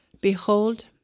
Behold